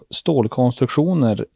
stålkonstruktioner